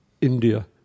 India